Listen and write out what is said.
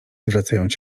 zwracając